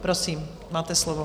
Prosím, máte slovo.